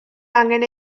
angen